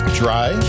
dry